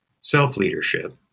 Self-leadership